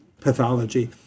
pathology